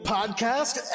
Podcast